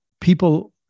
people